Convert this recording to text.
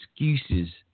excuses